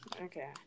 Okay